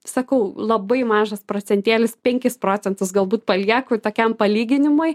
sakau labai mažas procentėlis penkis procentus galbūt palieku tokiam palyginimui